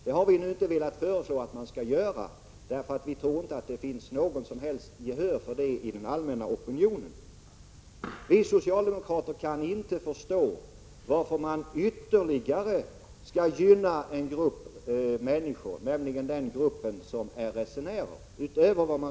Vi har nu inte velat föreslå detta, eftersom vi inte tror att man kan få gehör för ett sådant förslag i den allmänna opinionen. Men vi socialdemokrater kan inte förstå varför man ytterligare skall gynna den här gruppen, nämligen resenärerna.